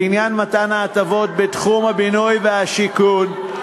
לעניין מתן ההטבות בתחום הבינוי והשיכון,